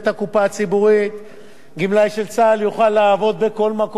גמלאי של צה"ל יוכל לעבוד בכל מקום שהוא רוצה בארץ הזאת,